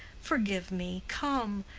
forgive me, come!